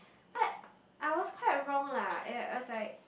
but I was quite wrong lah it was like